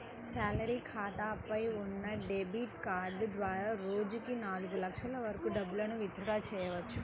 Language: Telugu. శాలరీ ఖాతాపై ఉన్న డెబిట్ కార్డు ద్వారా రోజుకి నాలుగు లక్షల వరకు డబ్బులను విత్ డ్రా చెయ్యవచ్చు